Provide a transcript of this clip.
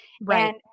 Right